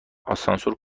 آسانسور